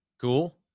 Cool